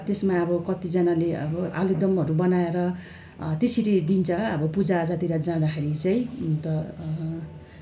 त्यसमा अब कतिजनाले अब आलुदमहरू बनाएर त्यसरी दिन्छ अब पूजा आजातिर जाँदाखेरि चाहिँ अन्त